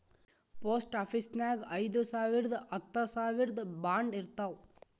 post ಆಫೀಸ್ನಾಗ್ ಐಯ್ದ ಸಾವಿರ್ದು ಹತ್ತ ಸಾವಿರ್ದು ಬಾಂಡ್ ಇರ್ತಾವ್